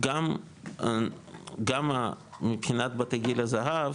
גם מבחינת בתי גיל הזהב,